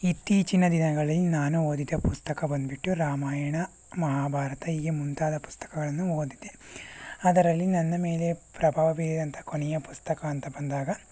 ಇತ್ತೀಚಿನ ದಿನಗಳಲ್ಲಿ ನಾನು ಓದಿದ ಪುಸ್ತಕ ಬಂದ್ಬಿಟ್ಟು ರಾಮಾಯಣ ಮಹಾಭಾರತ ಹೀಗೆ ಮುಂತಾದ ಪುಸ್ತಕಗಳನ್ನು ಓದಿದ್ದೆ ಅದರಲ್ಲಿ ನನ್ನ ಮೇಲೆ ಪ್ರಭಾವ ಬೀರಿದಂಥ ಕೊನೆಯ ಪುಸ್ತಕ ಅಂತ ಬಂದಾಗ